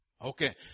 Okay